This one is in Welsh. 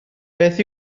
beth